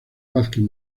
vázquez